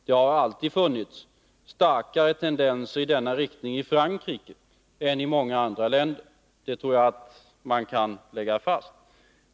Det har alltid funnits starkare tendenser i denna riktning i Frankrike än i många andra länder; det tror jag att man kan lägga fast.